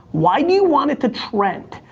why do you want it to trend?